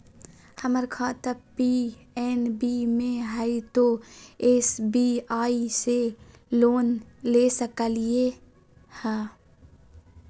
हमर खाता पी.एन.बी मे हय, तो एस.बी.आई से लोन ले सकलिए?